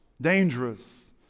dangerous